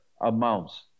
amounts